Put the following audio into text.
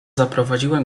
zaprowadziła